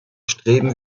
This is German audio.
streben